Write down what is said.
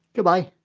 goodbye